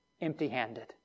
empty-handed